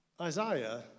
Isaiah